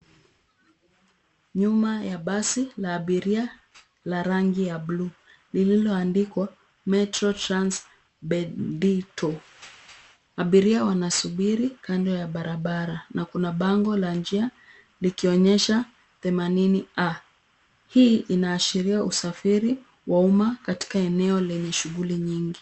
Nyuma ya basi la abiria la rangi ya bluu lililoandikwa, metro trans bendito. Abiria wanasubiri kando ya barabara na kuna bango la njia likionyesha themanini A.Hii inaashiria usafiri wa umma katika eneo lenye shughuli nyingi.